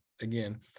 again